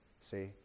See